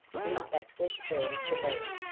whose back was turned to me,